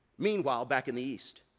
meanwhile back in the east,